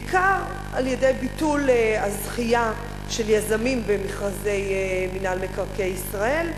בעיקר על-ידי ביטול הזכייה של יזמים במכרזי מינהל מקרקעי ישראל,